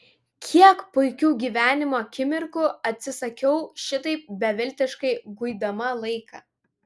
kiek puikių gyvenimo akimirkų atsisakiau šitaip beviltiškai guidama laiką